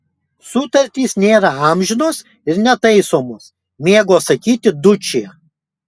sutartys nėra amžinos ir netaisomos mėgo sakyti dučė